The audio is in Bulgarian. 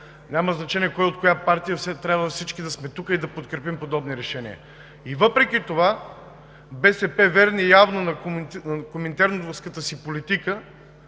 няма значение кой от коя партия е, всички трябва да сме тук и да подкрепим подобни решения. Въпреки това БСП – явно верни на коминтерновската си политика,